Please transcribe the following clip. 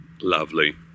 Lovely